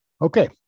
Okay